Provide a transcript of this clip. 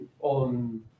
on